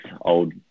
old